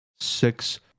six